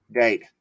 date